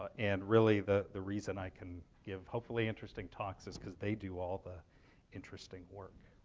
and really, the the reason i can give hopefully interesting talks is because they do all the interesting work.